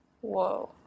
Whoa